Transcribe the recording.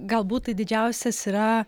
galbūt tai didžiausias yra